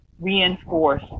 reinforce